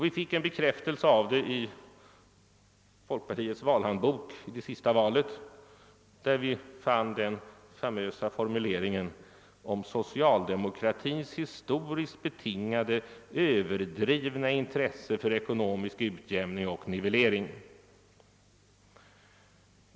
Vi fick en bekräftelse på detta i folkpartiets valhandbok vid det senaste valet, där vi fann den famösa formuleringen om »socialdemokratins historiskt betingade överdrivna intresse för ekonomisk utjämning och nivellering».